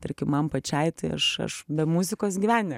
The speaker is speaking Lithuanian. tarkim man pačiai tai aš aš be muzikos gyvenime